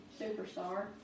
superstar